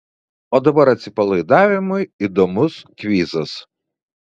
o dabar atsipalaidavimui įdomus kvizas